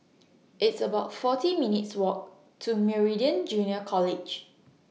It's about forty minutes' Walk to Meridian Junior College